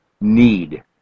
need